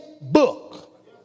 book